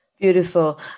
Beautiful